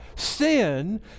sin